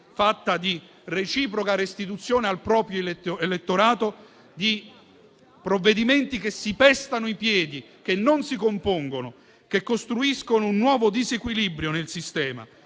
fatta di reciproca restituzione al proprio elettorato di provvedimenti che si pestano i piedi, che non si compongono, che costruiscono un nuovo disequilibrio nel sistema,